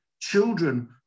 children